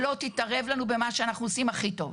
שלא תתערב לנו במה שאנחנו עושים הכי טוב.